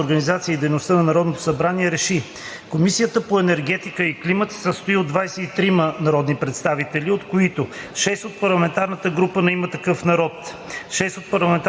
от Правилника за организацията и дейността на Народното събрание РЕШИ: 1. Комисията по здравеопазването се състои от 23 народни представители, от които 6 от парламентарната група на „Има такъв народ“,